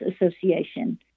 association